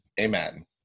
amen